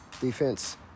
defense